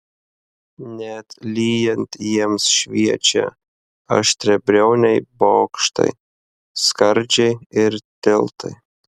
net lyjant jiems šviečia aštriabriauniai bokštai skardžiai ir tiltai